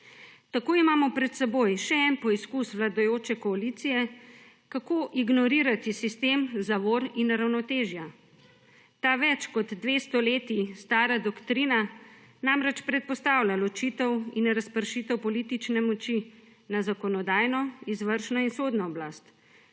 Tako imamo pred seboj še en poizkus vladajoče koalicije, kako ignorirati sistem zavor in ravnotežja. Ta več kot dve stoletji stara doktrina namreč predpostavlja ločitev in razpršitev politične moči na zakonodajno, izvršno in sodno oblast